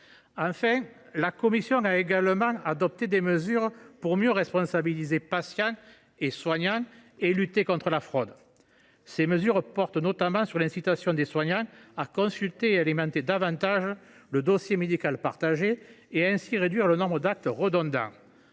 Enfin, la commission a adopté des mesures pour mieux responsabiliser patients et soignants et lutter contre la fraude. Elles portent notamment sur l’incitation des soignants à consulter et alimenter davantage le dossier médical partagé, afin de réduire le nombre d’actes redondants.